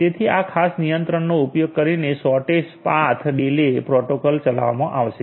તેથી આ ખાસ નિયંત્રકનો ઉપયોગ કરીને શોર્ટેસ્ટ પાથ ડીલે પ્રોટોકોલ ચલાવવામાં આવશે